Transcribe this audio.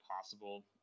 possible